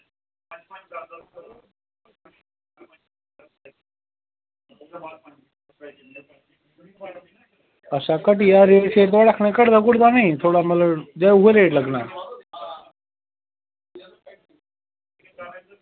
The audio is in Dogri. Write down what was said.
अच्छा घट्टदा निं थोह्ड़ा मतलब जां उऐ रेट लग्गना